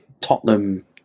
Tottenham